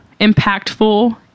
impactful